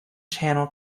channel